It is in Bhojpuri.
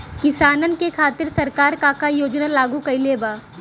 किसानन के खातिर सरकार का का योजना लागू कईले बा?